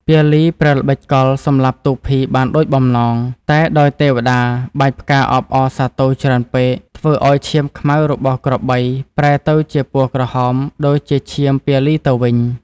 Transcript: ពាលីប្រើល្បិចកលសម្លាប់ទូភីបានដូចបំណង តែដោយទេវតា បាចផ្កាអបអរសាទរច្រើនពេក ធ្វើឱ្យឈាមខ្មៅរបស់ក្របីប្រែទៅជាពណ៌ក្រហម ដូចជាឈាម ពាលីទៅវិញ។